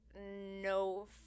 no